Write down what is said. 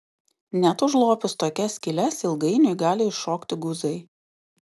net užlopius tokias skyles ilgainiui gali iššokti guzai